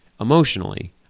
emotionally